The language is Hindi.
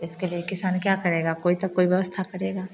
इसके लिए किसान क्या करेगा कोई तो कोई व्यवस्था करेगा